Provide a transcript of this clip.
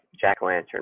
jack-o'-lantern